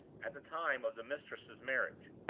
at the time of the mistress's marriage.